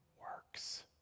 works